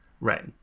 Right